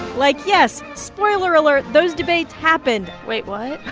like, yes, spoiler alert those debates happened wait. what.